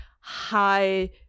high